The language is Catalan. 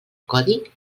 codi